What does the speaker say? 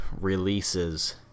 releases